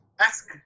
ask